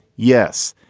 yes.